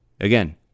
Again